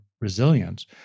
resilience